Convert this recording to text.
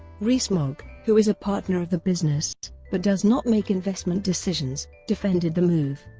rees-mogg, who is a partner of the business, but does not make investment decisions, defended the move,